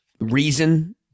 reason